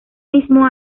mismo